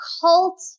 cult